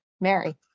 Mary